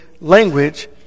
language